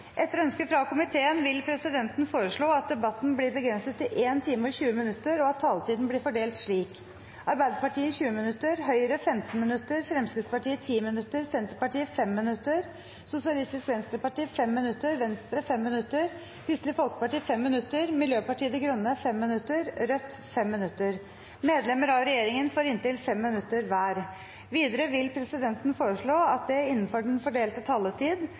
Etter ønske fra energi- og miljøkomiteen vil presidenten foreslå at debatten blir begrenset til 1 time og 20 minutter, og at taletiden blir fordelt slik: Arbeiderpartiet 20 minutter, Høyre 15 minutter, Fremskrittspartiet 10 minutter, Senterpartiet 5 minutter, Sosialistisk Venstreparti 5 minutter, Venstre 5 minutter, Kristelig Folkeparti 5 minutter, Miljøpartiet De Grønne 5 minutter og Rødt 5 minutter. Medlemmer av regjeringen får inntil 5 minutter hver. Videre vil presidenten foreslå at det – innenfor den fordelte taletid